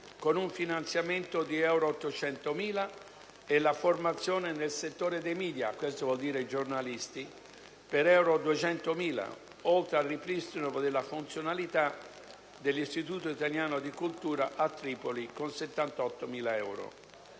con un finanziamento di euro 800.000 e la formazione nel settore dei media, e quindi dei giornalisti, (per 200.000), oltre al ripristino della funzionalità dell'Istituto italiano di cultura a Tripoli (78.000).